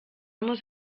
muss